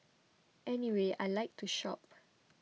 anyway I like to shop